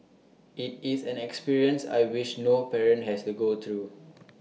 IT is an experience I wish no parent has to go through